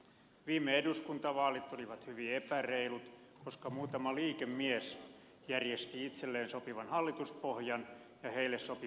viime eduskuntavaalit olivat hyvin epäreilut koska muutama liikemies järjesti itselleen sopivan hallituspohjan ja heille sopivat ministerit